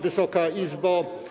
Wysoka Izbo!